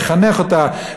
לחנך אותה,